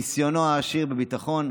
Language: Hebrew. עם ניסיונו העשיר בביטחון,